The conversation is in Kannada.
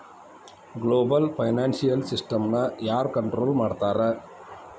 ಗ್ಲೊಬಲ್ ಫೈನಾನ್ಷಿಯಲ್ ಸಿಸ್ಟಮ್ನ ಯಾರ್ ಕನ್ಟ್ರೊಲ್ ಮಾಡ್ತಿರ್ತಾರ?